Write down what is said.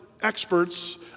experts